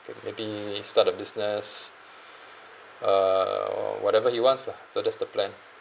then maybe start a business uh what whatever he wants lah so that's the plan